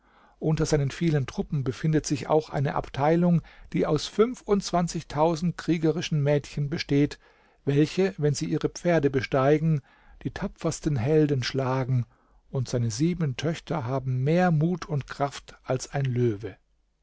unter seinen vielen truppen befindet sich auch eine abteilung die aus fünfundzwanzigtausend kriegerischen mädchen besteht welche wenn sie ihre pferde besteigen die tapfersten helden schlagen und seine sieben töchter haben mehr mut und kraft als ein löwe